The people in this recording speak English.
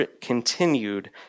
continued